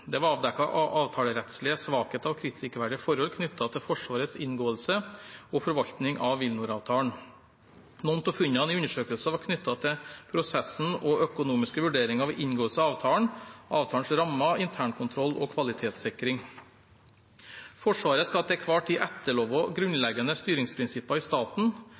Det var avdekket avtalerettslige svakheter og kritikkverdige forhold knyttet til Forsvarets inngåelse og forvaltning av WilNor-avtalen. Noen av funnene i undersøkelsen var knyttet til prosessen og økonomiske vurderinger ved inngåelse av avtalen, avtalens rammer, internkontroll og kvalitetssikring. Forsvaret skal til enhver tid etterleve grunnleggende styringsprinsipper i staten.